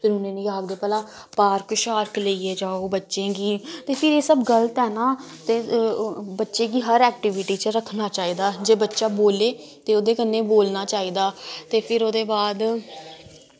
फिर उ'नेंगी आखदे भला पार्क शार्क लेईयै जाओ बच्चें गी ते फिर एह् सब गल्त ऐ ना ते बच्चे गी हर ऐक्टिविटी च रक्खना चाहिदा जे बच्चा बोल्ले ते ओह्दे कन्ने बोलना चाहिदा ते फिर ओह्दे बाद